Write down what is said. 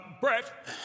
Brett